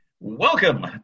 Welcome